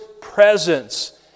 presence